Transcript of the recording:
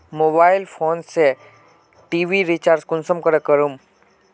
Mobile phone से TV recharge कुंसम करे करूम?